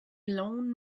lawn